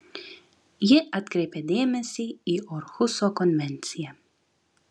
ji atkreipia dėmesį į orhuso konvenciją